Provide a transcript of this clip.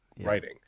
writing